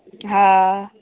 हँ